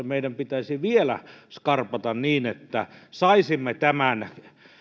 meidän pitäisi vielä skarpata niin että saisimme tämän